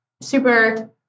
super